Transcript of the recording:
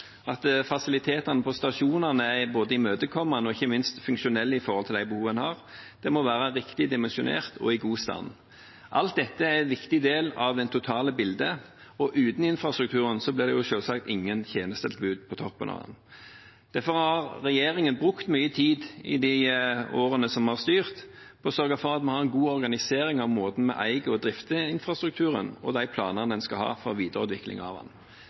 at fasilitetene på stasjonene er både imøtekommende og, ikke minst, funksjonelle med hensyn til de behov en har – det må være riktig dimensjonert og i god stand. Alt dette er en viktig del av det totale bildet. Uten infrastruktur blir det selvsagt ingen tjenestetilbud på toppen av den. Derfor har regjeringen i de årene den har styrt, brukt mye tid på å sørge for god organisering av måten vi eier og drifter infrastrukturen på, og på planene for videreutvikling av